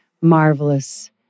marvelous